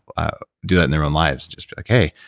ah do that in their own lives. just be like, hey,